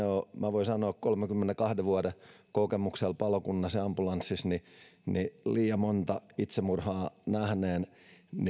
voin sanoa kolmenkymmenenkahden vuoden kokemuksella palokunnassa ja ambulanssissa liian monta itsemurhaa nähneenä että tämä vain